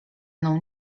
mną